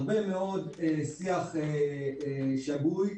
הרבה מאוד שיח שגוי,